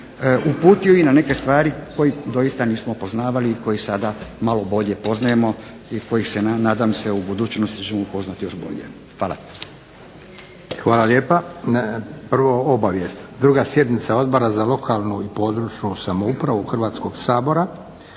uputio na neke stvari koje doista nismo poznavali i koje malo bolje poznajemo i koje u budućnosti želimo upoznati još bolje. Hvala. **Leko, Josip (SDP)** Hvala lijepa. Prvo obavijest, 2. sjednica odbora za lokalnu i područnu samoupravu Hrvatskog sabora